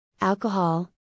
alcohol